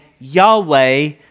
Yahweh